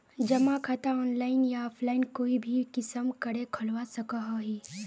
जमा खाता ऑनलाइन या ऑफलाइन कोई भी किसम करे खोलवा सकोहो ही?